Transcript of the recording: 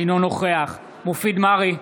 אינו נוכח מופיד מרעי,